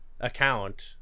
account